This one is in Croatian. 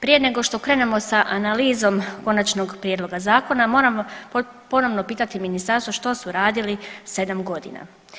Prije nego što krenemo sa analizom konačnog prijedloga zakona moram ponovno pitati ministarstvo što su radili sedam godina.